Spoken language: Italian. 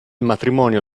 matrimonio